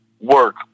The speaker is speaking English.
work